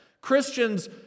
Christians